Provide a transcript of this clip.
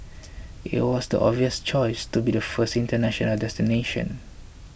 it was the obvious choice to be the first international destination